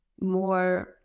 more